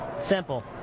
Simple